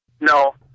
No